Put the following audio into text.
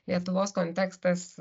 lietuvos kontekstas